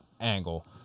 angle